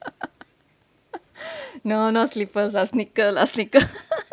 no no slippers lah sneaker lah sneaker